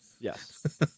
yes